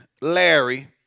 Larry